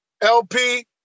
LP